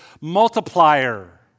multiplier